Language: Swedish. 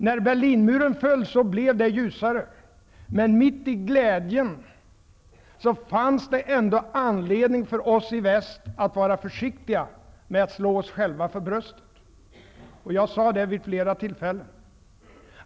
När Berlinmuren föll blev det ljusare, men mitt i glädjen fanns det ändå anledning för oss i väst att vara försiktiga med att slå oss själva för bröstet. Jag sade det vid flera tillfällen.